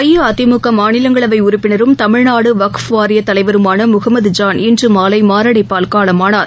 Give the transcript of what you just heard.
அஇஅதிமுகமாநிலங்களவைஉறுப்பினரும் தமிழ்நாடுவக்ஃபு வாரியதலைவருமானமுகமது ஜான் இன்றுமாலைமாரடைப்பால் காலமானார்